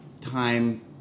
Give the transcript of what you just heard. time